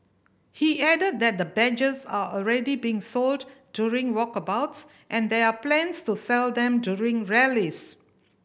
he added that the badges are already being sold during walkabouts and there are plans to sell them during rallies